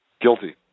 Guilty